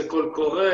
זה קול קורא,